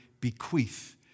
bequeath